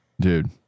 dude